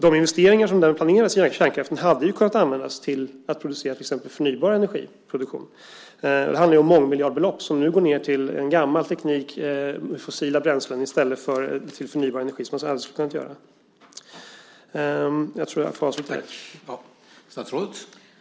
De investeringar som planeras i kärnkraften hade kunnat användas till att producera till exempel förnybar energi. Det handlar om mångmiljardbelopp som nu går till en gammal teknik, med fossila bränslen, i stället för till förnybar energi, som de annars hade kunnat gå till. Jag tror att jag får avsluta mitt anförande här.